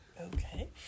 Okay